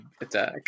attack